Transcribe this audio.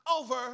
over